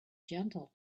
gentle